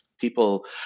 people